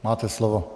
Máte slovo.